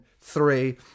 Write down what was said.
three